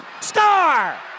Star